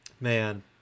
man